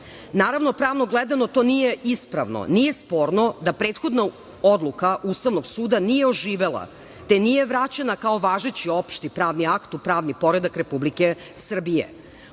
Naravno, pravno gledamo to nije ispravno. Nije sporno da prethodna odluka Ustavnog suda nije oživela, te nije vraćena kao važeći opšti pravni akt u pravni poredak Republike Srbije.